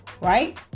Right